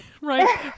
Right